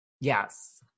Yes